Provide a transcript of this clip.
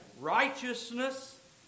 Righteousness